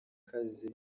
ikaze